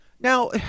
Now